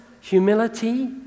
humility